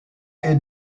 est